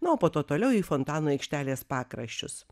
na o po to toliau į fontano aikštelės pakraščius